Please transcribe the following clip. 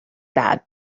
bad